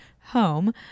home